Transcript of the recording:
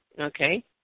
okay